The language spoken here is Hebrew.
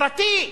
פרטית.